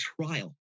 trial